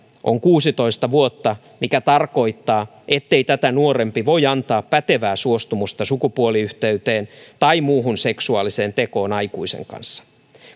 on kuusitoista vuotta mikä tarkoittaa ettei tätä nuorempi voi antaa pätevää suostumusta sukupuoliyhteyteen tai muuhun seksuaaliseen tekoon aikuisen kanssa